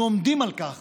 אנחנו עומדים על כך